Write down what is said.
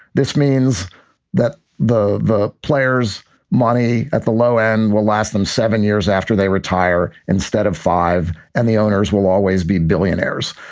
this means that the the players money at the low end will last them seven years after they retire instead of five. and the owners will always be billionaires.